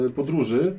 podróży